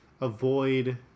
avoid